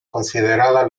considerada